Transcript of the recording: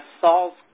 Saul's